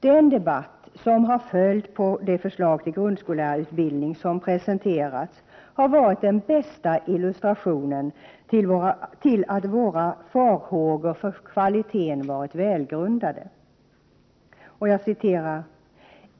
Den debatt som följt på det förslag till grundskollärarutbildning som presenterats har varit den bästa illustrationen till att våra farhågor för kvaliteten varit väl grundade.